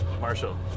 Marshall